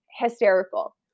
hysterical